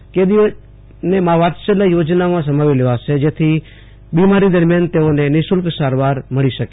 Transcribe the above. બંદીજનોને મા વાત્સલ્ય યોજનામાં સમાવી લેવાશે જેથી બિમારી દરમિયાન તેઓને નિઃશુલ્ક સારવાર મળી શકે